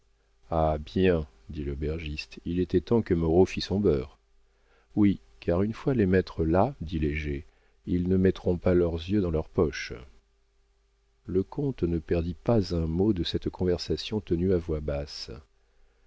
ah bien dit l'aubergiste il était temps que moreau fit son beurre oui car une fois les maîtres là dit léger ils ne mettront pas leurs yeux dans leurs poches le comte ne perdit pas un mot de cette conversation tenue à voix basse